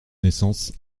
naissance